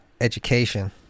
Education